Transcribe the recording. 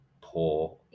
poor